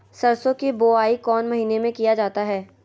सरसो की बोआई कौन महीने में किया जाता है?